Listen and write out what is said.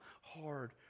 hard